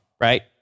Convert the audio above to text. right